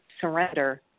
surrender